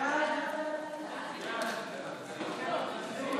להעביר את הצעת חוק שירותי תעופה (פיצוי